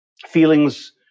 feelings